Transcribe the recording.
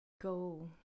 go